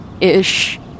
ish